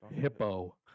Hippo